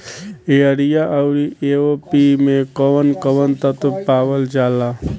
Urea औरी AOP मै कौवन कौवन तत्व पावल जाला?